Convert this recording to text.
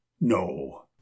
no